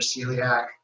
celiac